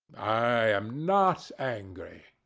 i am not angry.